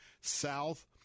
South